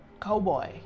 cowboy